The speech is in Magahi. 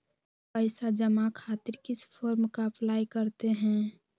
पैसा जमा खातिर किस फॉर्म का अप्लाई करते हैं?